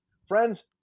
Friends